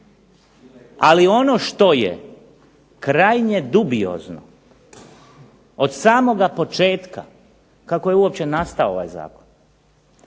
Ali ono što je krajnje dubiozno od samoga početka kako je uopće nastao ovaj zakon?